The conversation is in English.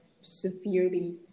severely